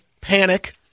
Panic